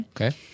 Okay